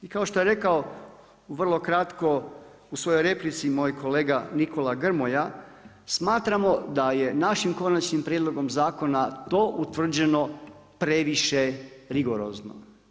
I kao što je rekao vrlo kratko u svojoj replici moj kolega Nikola Grmoja, smatramo da je našim konačnim prijedlogom zakona to utvrđeno previše rigorozno.